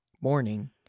morning